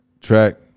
track